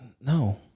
no